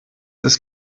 ist